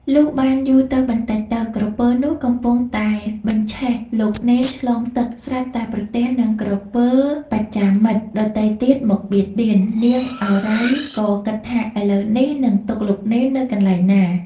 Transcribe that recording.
លុះបានយូរទៅបន្តិចទៅ ក្រពើ នោះកំពុងតែបញ្ឆេះលោកនេនឆ្លងទឹក ស្រាប់តែប្រទះនឹងក្រពើបច្ចាមិត្តដទៃទៀតមកបៀតបៀន នាងឱរ៉ៃ ក៏ គិតថា " ឥឡូវនេះនឹងទុកលោកនេននៅកន្លែងណា?" ។